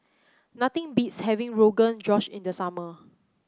nothing beats having Rogan Josh in the summer